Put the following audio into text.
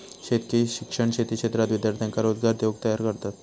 शेतकी शिक्षण शेती क्षेत्रात विद्यार्थ्यांका रोजगार देऊक तयार करतत